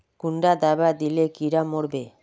कुंडा दाबा दिले कीड़ा मोर बे?